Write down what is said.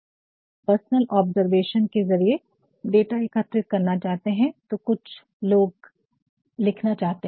तो जब आप पर्सनल ऑब्जरवेशन व्यक्तिगत अवलोकन के जरिए डाटा एकत्रित करना चाहते हैं तो कुछ लोग लिखना चाहते हैं